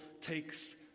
takes